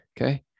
okay